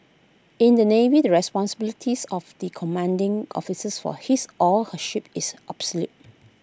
in the navy the responsibilities of the commanding officers will his or her ship is absolute